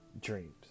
dreams